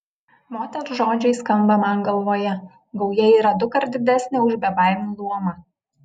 moters žodžiai skamba man galvoje gauja yra dukart didesnė už bebaimių luomą